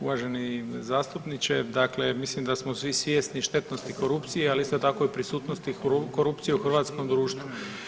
Uvaženi zastupniče, dakle ja mislim da smo svi svjesni štetnosti korupcije, ali isto tako i prisutnosti korupcije u hrvatskom društvu.